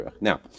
now